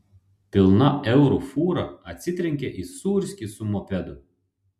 pilna eurų fūra atsitrenkė į sūrskį su mopedu